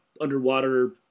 underwater